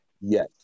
Yes